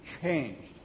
changed